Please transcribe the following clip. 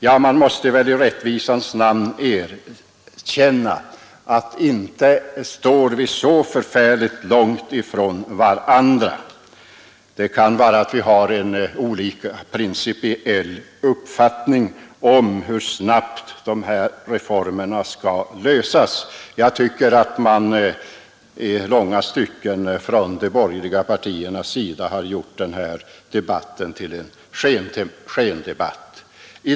Ja, man måste väl i rättvisans namn erkänna att vi inte står så särskilt långt ifrån varandra. Det kan vara sant att vi har olika principiella uppfattningar om hur snabbt de här reformerna skall genomföras, men jag tycker att de borgerliga partierna i långa stycken har gjort den här debatten till en skendebatt.